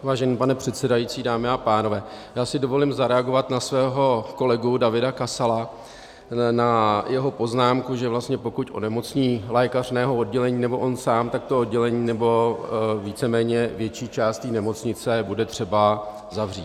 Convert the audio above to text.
Vážený pane předsedající, dámy a pánové, já si dovolím zareagovat na svého kolegu Davida Kasala, na jeho poznámku, že vlastně pokud onemocní lékař mého oddělení nebo on sám, tak to oddělení nebo víceméně větší část té nemocnice bude třeba zavřít.